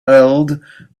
held